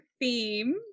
theme